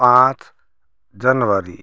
पाँच जनवरी